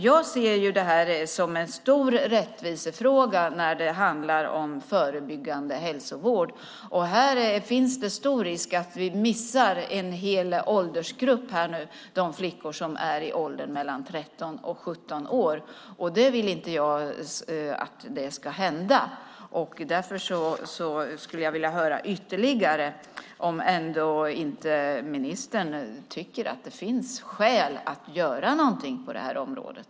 Jag ser här en stor rättvisefråga då det handlar om förebyggande hälsovård. Risken är stor att vi missar en hel åldersgrupp, det vill säga flickor i åldern 13-17 år. Jag vill inte att det ska hända. Därför skulle jag vilja höra mer här. Tycker inte ministern att det ändå finns skäl att göra någonting på området?